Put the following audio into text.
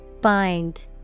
Bind